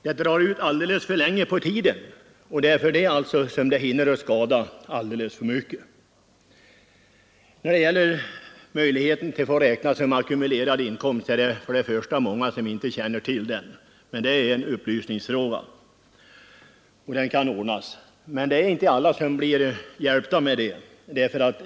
Det hela drar ut alldeles för länge på tiden, och därför hinner mycken skada ske. I vad gäller möjligheten att få räkna delav inkomsten som ackumulerad inkomst är det inte många som känner till den. Det är en upplysningsfråga, och den kan ordnas. Men det är inte alla som blir hjälpta med den möjligheten.